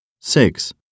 Six